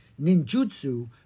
Ninjutsu